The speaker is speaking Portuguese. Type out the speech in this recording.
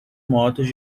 motos